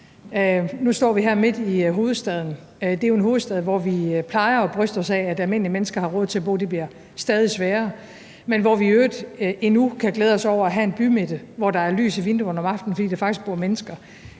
Nu står vi her midt i hovedstaden. Det er jo en hovedstad, hvor vi plejer at bryste os af at almindelige mennesker har råd til at bo – det bliver stadig sværere – men hvor vi i øvrigt endnu kan glæde os over at have en bymidte, hvor der er lys i vinduerne om aftenen, fordi der faktisk bor mennesker.